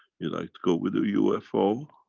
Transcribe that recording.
you like to go with the ufo,